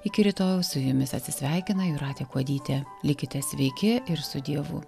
iki rytojaus su jumis atsisveikina jūratė kuodytė likite sveiki ir su dievu